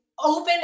open